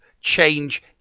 change